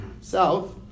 south